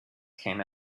came